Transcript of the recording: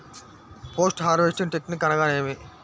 Post harvesting technique అనగా నేమి?